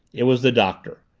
it was the doctor.